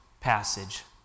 passage